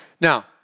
Now